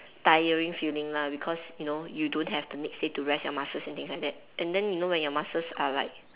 tiring feeling lah because you know you don't have the next day to rest your muscles and things like that and then you know when muscles are like